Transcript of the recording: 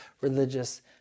religious